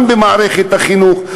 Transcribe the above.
גם במערכת החינוך,